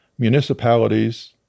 municipalities